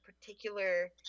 particular